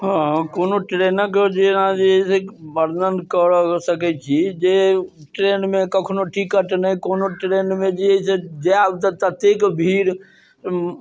हँ कोनो ट्रेनके जेना जे छै से वर्णन कऽ सकै छी जे ट्रेन मे कखनो टिकट नहि कोनो ट्रेन मे जे छै से जायब तऽ ततेक भीड़